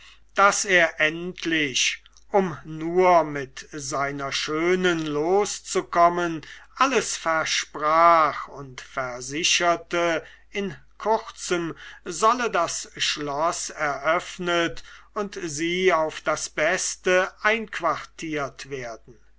daß er endlich um nur mit seiner schönen loszukommen alles versprach und versicherte in kurzem solle das schloß eröffnet und sie auf das beste einquartiert werden